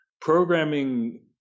Programming